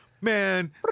Man